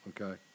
okay